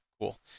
cool